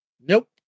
Nope